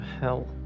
hell